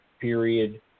period